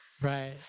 Right